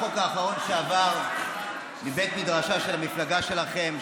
החוק האחרון שעבר מבית מדרשה של המפלגה שלכם,